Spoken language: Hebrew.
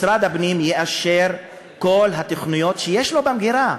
משרד הפנים יאשר את כל התוכניות שיש לו במגירה.